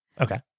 Okay